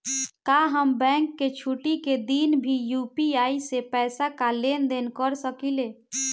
का हम बैंक के छुट्टी का दिन भी यू.पी.आई से पैसे का लेनदेन कर सकीले?